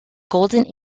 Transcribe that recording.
golden